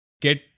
get